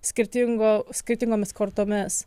skirtingo skirtingomis kortomis